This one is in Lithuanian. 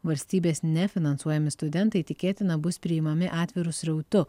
valstybės nefinansuojami studentai tikėtina bus priimami atviru srautu